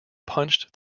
punched